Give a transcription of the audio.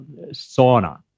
sauna